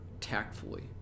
tactfully